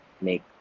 make